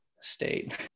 state